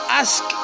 ask